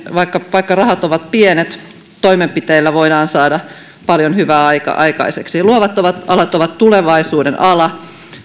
vaikka vaikka rahat ovat pienet toimenpiteillä voidaan saada paljon hyvää aikaiseksi luovat luovat alat ovat tulevaisuuden ala